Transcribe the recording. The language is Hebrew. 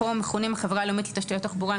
פה הם מכונים החברה הלאומית לתשתיות תחבורה,